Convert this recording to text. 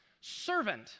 servant